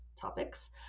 topics